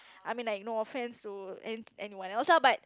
I mean like no offence to anyone else lah but